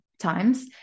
times